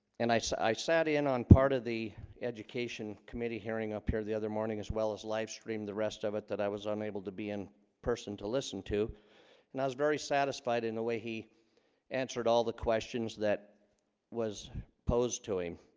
and i so i sat in on part of the education committee hearing up here the other morning as well as livestream the rest of it that i was unable to be in person to listen to and i was very satisfied in a way he answered all the questions that was posed to him